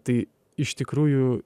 tai iš tikrųjų